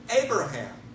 Abraham